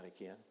again